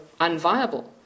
unviable